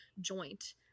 joint